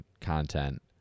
content